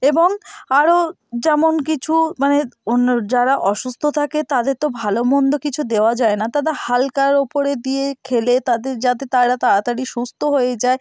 এবং আরো যেমন কিছু মানে অন্য যারা অসুস্থ থাকে তাদের তো ভালো মন্দ কিছু দেওয়া যায় না তাদের হালকার ওপরে দিয়ে খেলে তাদের যাতে তারা তাড়াতাড়ি সুস্থ হয়ে যায়